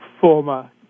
former